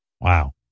Wow